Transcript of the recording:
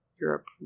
Europe